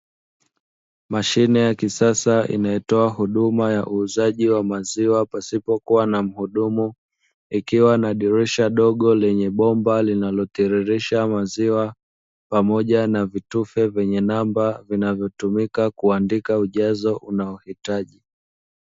Mashine ya kisasa inayotoa huduma ya uuzaji wa maziwa pasipo kuwa na mhudumu, ikiwa na dirisha dogo lenye bomba linalotiririsha maziwa pamoja na vitufe vyenye namba vinavyotumika kuandika ujazo unaohitaji.